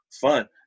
fun